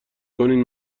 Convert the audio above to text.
کنین